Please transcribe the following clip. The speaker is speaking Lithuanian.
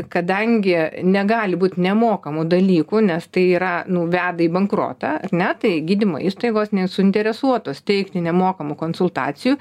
kadangi negali būt nemokamų dalykų nes tai yra nu veda į bankrotą ar ne tai gydymo įstaigos nesuinteresuotos teikti nemokamų konsultacijų